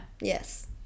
Yes